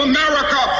America